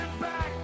back